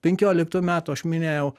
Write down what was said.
penkioliktų metų aš minėjau